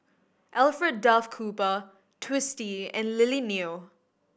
Alfred Duff Cooper Twisstii and Lily Neo